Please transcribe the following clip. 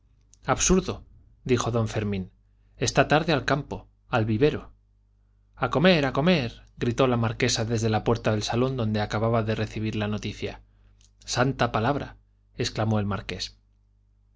absurdo dijo don fermín esta tarde al campo al vivero a comer a comer gritó la marquesa desde la puerta del salón donde acababa de recibir la noticia santa palabra exclamó el marqués